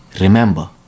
Remember